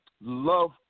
love